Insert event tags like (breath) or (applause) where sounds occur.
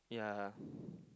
yeah (breath)